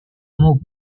mot